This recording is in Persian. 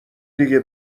دیگه